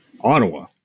Ottawa